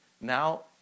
Now